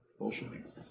bullshitting